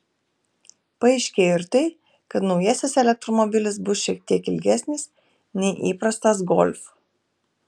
paaiškėjo ir tai kad naujasis elektromobilis bus šiek tiek ilgesnis nei įprastas golf